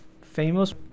famous